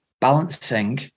balancing